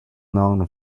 known